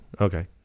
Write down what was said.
Okay